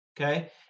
Okay